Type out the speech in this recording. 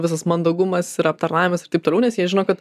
visas mandagumas ir aptarnavimas ir taip toliau nes jie žino kad